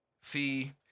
See